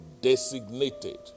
designated